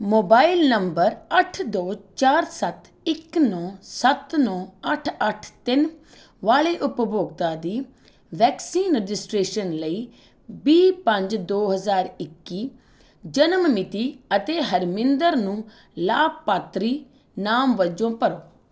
mobile number ਅੱਠ ਦੋ ਚਾਰ ਸੱਤ ਇੱਕ ਨੌਂ ਸੱਤ ਨੌਂ ਅੱਠ ਅੱਠ ਤਿੰਨ ਵਾਲੇ ਉਪਭੋਗਤਾ ਦੀ ਵੈਕਸੀਨ ਰਜਿਸਟ੍ਰੇਸ਼ਨ ਲਈ ਵੀਹ ਪੰਜ ਦੋ ਹਜ਼ਾਰ ਇੱਕੀ ਜਨਮ ਮਿਤੀ ਅਤੇ ਹਰਮਿੰਦਰ ਨੂੰ ਲਾਭਪਾਤਰੀ ਨਾਮ ਵਜੋਂ ਭਰੋ